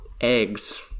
eggs